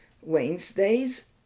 Wednesdays